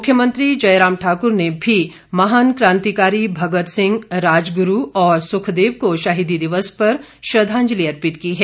मुख्यमंत्री जयराम ठाक्र ने भी महान कांतिकारी भगत सिंह राजगुरू और सुखदेव को शहीदी दिवस पर श्रद्धांजलि अर्पित की है